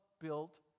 built